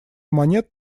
монет